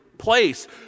place